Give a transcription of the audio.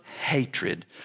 hatred